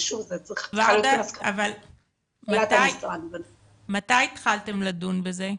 ורדה, אבל מתי התחלתם לדון בזה?